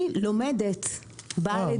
אני לומדת באה לדיונים.